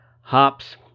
hops